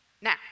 Now